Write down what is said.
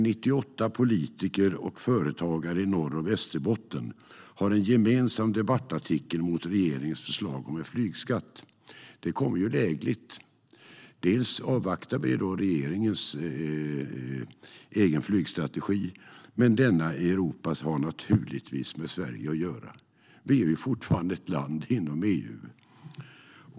98 politiker och företagare i Norrbotten och Västerbotten har skrivit en gemensam debattartikel mot regeringens förslag om en flygskatt. Det kommer lägligt. Vi avvaktar regeringens egen flygstrategi, men också Europas har naturligtvis med Sverige att göra. Vi är fortfarande ett land inom EU.